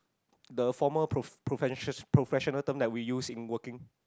the formal pro~ professions professional term that we use in working